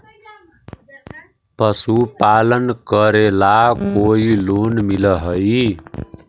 पशुपालन करेला कोई लोन मिल हइ?